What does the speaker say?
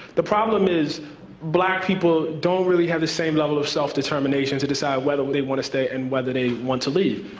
the problem is black people don't really have the same level of self-determination to decide whether they want to stay and whether they want to leave.